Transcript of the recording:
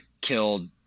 killed